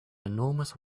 enormous